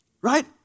Right